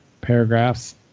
paragraphs